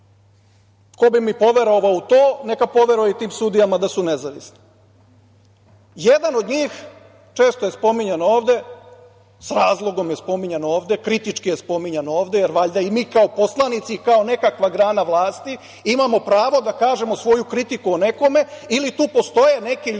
Ko bi mi poverovao u to, neka poveruje i tim sudijama da su nezavisni. Jedan od njih, često je spominjan ovde, sa razlogom je spominjan ovde, kritički je spominjan ovde, jer valjda i mi kao poslanici, kao nekakva grana vlasti, imamo pravo da kažemo svoju kritiku o nekome ili tu postoje neki ljudi